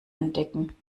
entdecken